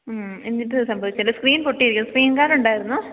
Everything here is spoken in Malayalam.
മ്മ് എന്നിട്ടുമിത് സംഭവിച്ചുവല്ലേ സ്ക്രീൻ പൊട്ടിയിരുന്നു സ്ക്രീൻ ഗാർഡ് ഉണ്ടായിരുന്നുവോ